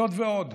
זאת ועוד,